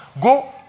go